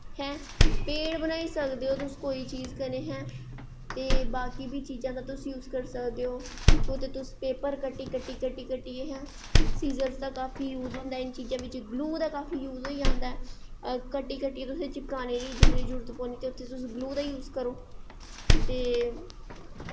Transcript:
हैं पेड़ बनाई सकनें ओ तुस किसे चीज़ कन्नै हैं ते बाकी बी चीजां दा तुस यूस करी सकदे ओ कुतै तुस पेपर कट्टी कट्टी तुस हैं सीज़रस दा बड़ा यूस होंदा इन चीज़ां बिच्च ग्लू दा काफी यूज़ होऊ जंदा हैं कट्टी कट्टियै जिसलै चिपकानें दी जरूरत पौंनी चा उत्थे तुस ग्लू दा यूज़ करो ते